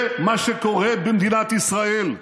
זה מה שקורה במדינת ישראל.